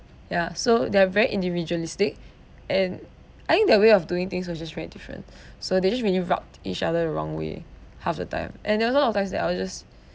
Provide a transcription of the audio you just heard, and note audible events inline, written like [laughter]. yeah so they're very individualistic [breath] and I think their way of doing things was just very different [breath] so they just really rubbed each other the wrong way half the time and there was a lot of times that I was just